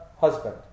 husband